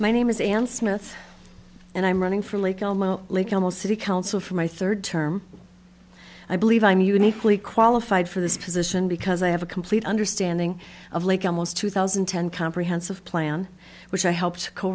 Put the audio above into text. my name is a and smith and i'm running for city council for my third term i believe i'm uniquely qualified for this position because i have a complete understanding of like i was two thousand and ten comprehensive plan which i helped co